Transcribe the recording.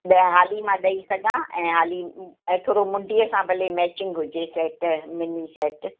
ॿिया हाली मां ॾई सघां ऐं हाली ऐं थोरो मुंडीअ सां भले मैचिंग हुजे सेट मिनी सेट